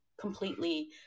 completely